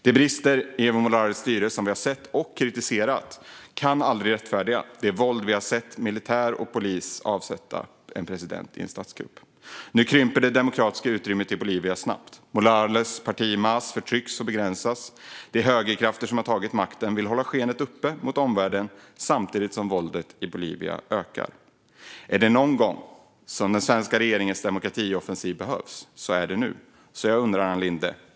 De brister i Evo Morales styre som vi har sett och kritiserat kan aldrig rättfärdiga det våld vi har sett eller att militären och polisen avsätter en president i en statskupp. Nu krymper det demokratiska utrymmet i Bolivia snabbt. Morales parti Mas förtrycks och begränsas. De högerkrafter som har tagit makten vill hålla skenet uppe mot omvärlden samtidigt som våldet i Bolivia ökar. Är det någon gång som den svenska regeringens demokratioffensiv behövs är det nu.